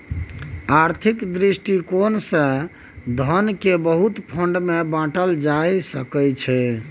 आर्थिक दृष्टिकोण से धन केँ बहुते फंड मे बाटल जा सकइ छै